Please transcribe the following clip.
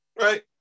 Right